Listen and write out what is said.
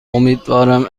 امیدوارم